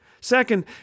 Second